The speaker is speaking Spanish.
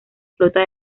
flota